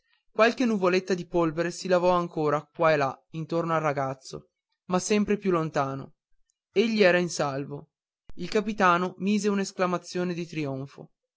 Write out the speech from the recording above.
qualche nuvoletto di polvere si levò ancora qua e là intorno al ragazzo ma sempre più lontano egli era in salvo il capitano mise un'esclamazione di trionfo